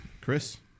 Chris